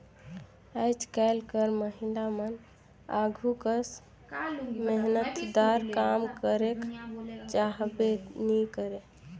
आएज काएल कर महिलामन आघु कस मेहनतदार काम करेक चाहबे नी करे